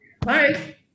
Bye